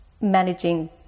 managing